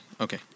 okay